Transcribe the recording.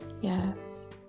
Yes